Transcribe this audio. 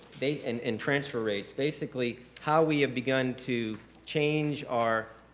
they and in transfer rates, basically, how we have begun to change our